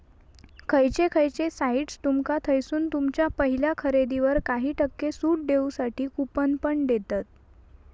खयचे खयचे साइट्स तुमका थयसून तुमच्या पहिल्या खरेदीवर काही टक्के सूट देऊसाठी कूपन पण देतत